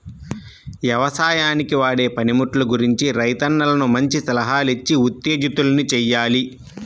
యవసాయానికి వాడే పనిముట్లు గురించి రైతన్నలను మంచి సలహాలిచ్చి ఉత్తేజితుల్ని చెయ్యాలి